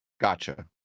gotcha